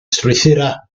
strwythurau